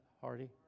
Hardy